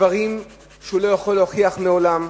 דברים שהוא לא יכול להוכיח לעולם,